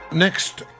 Next